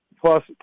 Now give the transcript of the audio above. Plus